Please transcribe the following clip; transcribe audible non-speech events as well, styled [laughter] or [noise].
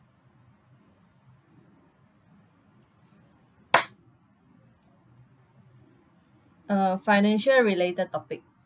[noise] uh financial related topic